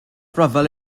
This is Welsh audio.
rhyfel